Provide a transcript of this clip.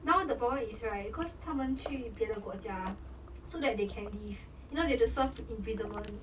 now the problem is right because 他们去别的国家 so that they can live you know they have to serve imprisonment